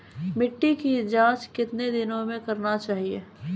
मिट्टी की जाँच कितने दिनों मे करना चाहिए?